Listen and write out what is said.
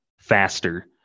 faster